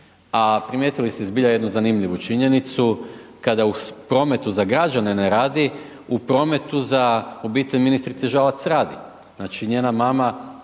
A primijetili ste zbilja jednu zanimljivu činjenicu kada u prometu za građane ne radi, u prometu za obitelj ministrice Žalac radi, znači, njena mama